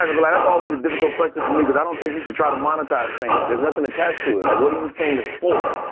um like that's always a difficult question for me, cause i don't think you should try to monetize fame. there's nothing attached to it, like what are you famous for?